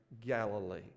Galilee